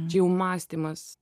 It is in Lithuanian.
čia jau mąstymas